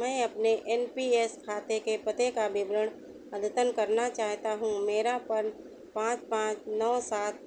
मैं अपने N P S खाते के पते का विवरण अद्यतन करना चाहता हूँ मेरा प्र पाँच पाँच नौ सात